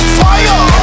fire